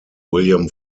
william